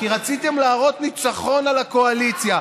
כי רציתם להראות ניצחון על הקואליציה.